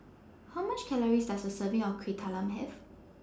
How much Calories Does A Serving of Kueh Talam Have